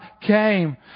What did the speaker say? came